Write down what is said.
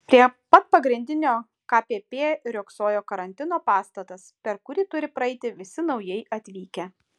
prie pat pagrindinio kpp riogsojo karantino pastatas per kurį turi praeiti visi naujai atvykę